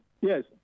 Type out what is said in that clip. Yes